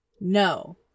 no